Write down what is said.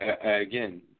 again